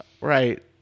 Right